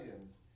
items